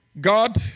God